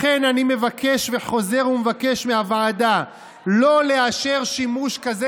לכן אני מבקש וחוזר ומבקש מהוועדה לא לאשר שימוש כזה